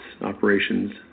operations